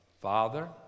Father